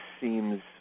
seems